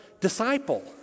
disciple